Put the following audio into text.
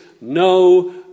no